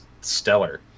stellar